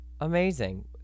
amazing